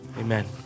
Amen